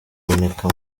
iboneka